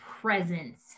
presence